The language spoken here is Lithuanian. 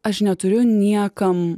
aš neturiu niekam